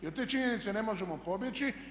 I od te činjenice ne možemo pobjeći.